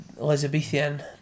Elizabethan